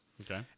Okay